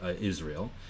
Israel